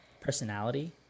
personality